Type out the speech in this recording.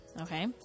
okay